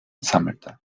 sammelte